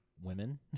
women